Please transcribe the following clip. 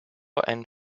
and